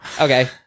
okay